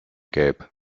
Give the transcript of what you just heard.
gelb